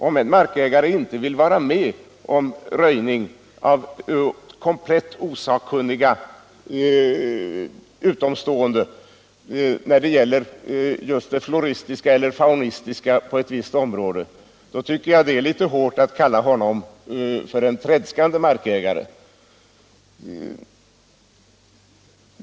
Om en markägare inte vill vara med om röjning av utomstående som är komplett osakkunniga när det gäller just det floristiska eller det faunistiska på ett visst område, tycker jag det är litet hårt att kalla honom en tredskande markägare.